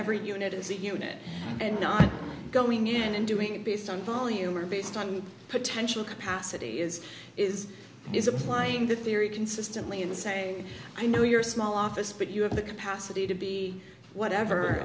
every unit as a unit and not going in and doing it based on volume or based on potential capacity is is is applying the theory consistently in the saying i know you're a small office but you have the capacity to be whatever